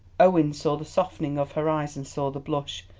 owen saw the softening of her eyes and saw the blush,